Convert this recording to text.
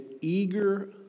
eager